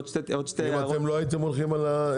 אם אתם לא הייתם עוזרים,